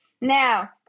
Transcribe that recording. Now